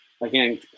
Again